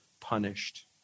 punished